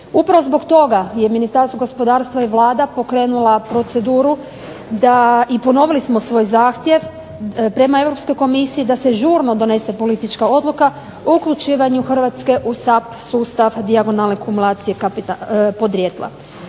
Upravo zbog toga je Ministarstvo gospodarstva i Vlada pokrenula proceduru da i ponovili smo svoj zahtjev prema Europskoj komisiji da se žurno donese politička odluka o uključivanju Hrvatske u SAP sustav dijagonalne kumulacije podrijetla.